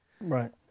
Right